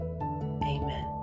Amen